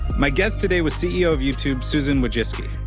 my guest today was ceo of youtube, susan wojcicki.